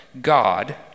God